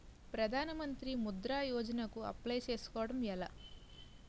ప్రధాన మంత్రి ముద్రా యోజన కు అప్లయ్ చేసుకోవటం ఎలా?